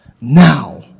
Now